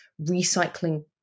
recycling